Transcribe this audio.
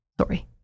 sorry